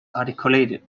articulated